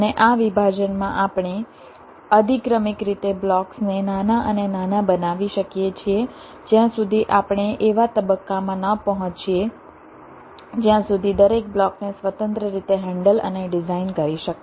અને આ વિભાજનમાં આપણે અધિક્રમિક રીતે બ્લોક્સ ને નાના અને નાના બનાવી શકીએ છીએ જ્યાં સુધી આપણે એવા તબક્કામાં ન પહોંચીએ જ્યાં સુધી દરેક બ્લોકને સ્વતંત્ર રીતે હેન્ડલ અને ડિઝાઇન કરી શકાય